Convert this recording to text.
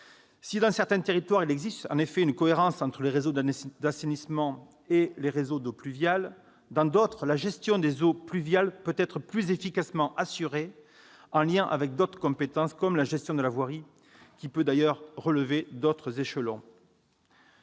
Si, dans certains territoires, il existe une cohérence entre les réseaux d'assainissement et les réseaux d'eaux pluviales, dans d'autres, la gestion des eaux pluviales peut être plus efficacement assurée en lien avec d'autres compétences, comme la gestion de la voirie, laquelle peut d'ailleurs relever d'autres échelons.